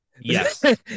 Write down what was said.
Yes